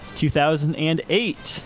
2008